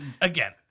again